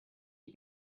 you